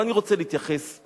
אבל אני רוצה להתייחס.